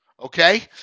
Okay